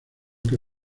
que